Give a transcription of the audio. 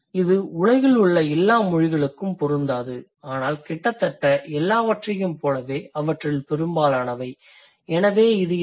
இது உலகில் உள்ள எல்லா மொழிகளுக்கும் பொருந்தாது ஆனால் கிட்டத்தட்ட எல்லாவற்றையும் போலவே அவற்றில் பெரும்பாலானவை எனவே இது என்ன